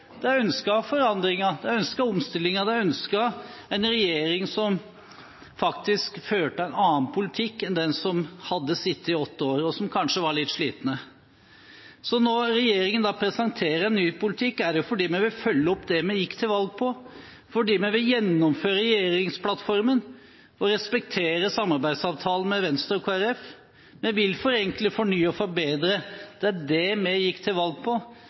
forandringer, de ønsket omstillinger, de ønsket en regjering som faktisk førte en annen politikk enn den som hadde sittet i åtte år, og som kanskje var litt sliten. Når regjeringen da presenterer en ny politikk, er det fordi vi vil følge opp det vi gikk til valg på, fordi vi vil gjennomføre regjeringsplattformen og respektere samarbeidsavtalen med Venstre og Kristelig Folkeparti. Vi vil forenkle, fornye og forbedre. Det er det vi gikk til valg på,